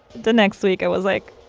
the next week i was like,